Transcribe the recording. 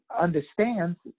understands